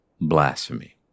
blasphemy